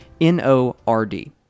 N-O-R-D